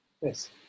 yes